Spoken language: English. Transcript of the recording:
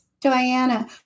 Diana